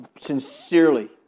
Sincerely